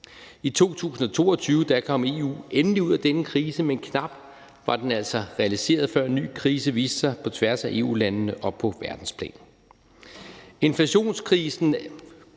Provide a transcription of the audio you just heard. I 2022 kom EU endelig ud af denne krise, men knap var den altså realiseret, før en ny krise viste sig på tværs af EU-landene og på verdensplan.